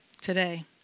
today